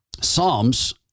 Psalms